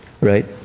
Right